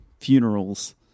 funerals